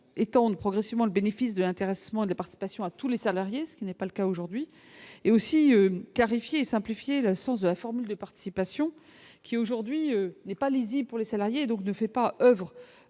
étendre progressivement le bénéfice de l'intéressement des partis passion à tous les salariés, ce qui n'est pas le cas aujourd'hui et aussi Carifiesta amplifier le sens de la formule de participation qui aujourd'hui n'est pas lisible pour les salariés, donc ne fait pas oeuvre